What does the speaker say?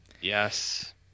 Yes